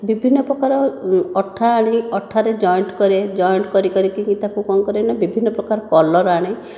ବିଭିନ୍ନ ପ୍ରକାର ଅଠା ଆଣି ଅଠାରେ ଜଏଣ୍ଟ୍ କରେ ଜଏଣ୍ଟ୍ କରି କରିକିନି ତାକୁ କ'ଣ କରେ ନା ବିଭିନ୍ନ ପ୍ରକାର କଲର୍ ଆଣେ